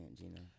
Gina